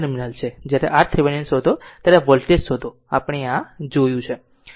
જ્યારે RThevenin શોધો ત્યારે આ વોલ્ટેજ શોધો આપણે આ જોયું છે